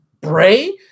Bray